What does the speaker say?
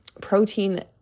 protein